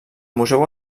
museu